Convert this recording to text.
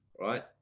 right